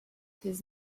his